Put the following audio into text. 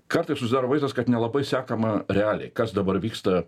kartais susidaro vaizdas kad nelabai sekama realiai kas dabar vyksta